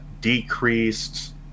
decreased